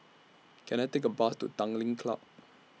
Can I Take A Bus to Tanglin Club